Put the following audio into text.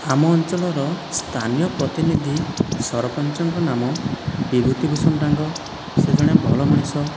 ଆମ ଅଞ୍ଚଳର ସ୍ଥାନୀୟ ପ୍ରତିନିଧି ସରପଞ୍ଚଙ୍କ ନାମ ବିଭୁତି ଭୂଷଣ ଡାଙ୍ଗ ସେ ଜଣେ ଭଲ ମଣିଷ